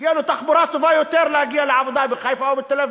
תהיה לו תחבורה טובה יותר להגיע לעבודה בחיפה או בתל-אביב,